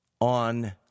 on